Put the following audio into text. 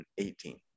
2018